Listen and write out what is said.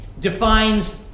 defines